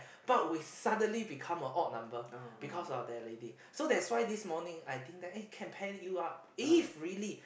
but we suddenly become a odd number because of that lady so that's why this morning I think that eh can pair you up if really